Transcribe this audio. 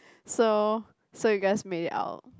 so so you guys made it out